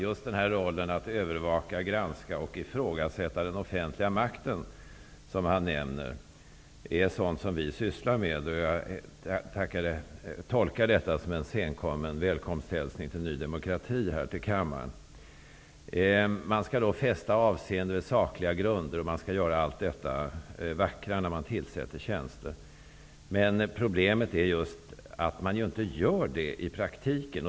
Just detta att övervaka, granska och ifrågasätta den offentliga makten som han nämner, är sådant som vi sysslar med. Jag tolkar detta som en senkommen välkomsthälsning till Ny demokrati till kammaren. Man skall fästa avseende vid sakliga grunder och allt detta vackra när man tillsätter tjänster. Problemet är att man inte gör det i praktiken.